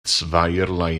zweierlei